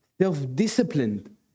self-disciplined